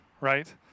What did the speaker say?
right